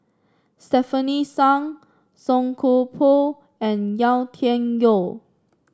Stefanie Sun Song Koon Poh and Yau Tian Yau